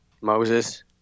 Moses